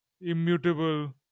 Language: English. immutable